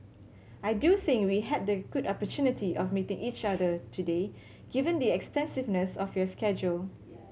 I do think we had the good opportunity of meeting each other today given the extensiveness of your schedule